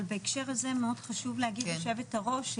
אבל בהקשר הזה מאוד חשוב להגיד ישובת הראש,